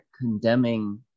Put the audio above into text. condemning